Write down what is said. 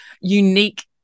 unique